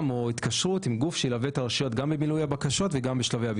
ובהמשך כמובן לראשי הרשויות שנמצאים איתנו ולנציגי החברה